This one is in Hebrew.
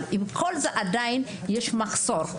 אבל עם כל זה, עדיין יש מחסור.